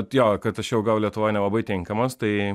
jo kad aš jau gal lietuvoj nelabai tinkamas tai